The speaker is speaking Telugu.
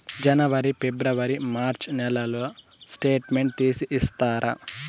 జనవరి, ఫిబ్రవరి, మార్చ్ నెలల స్టేట్మెంట్ తీసి ఇస్తారా?